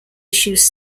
issues